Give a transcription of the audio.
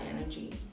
energy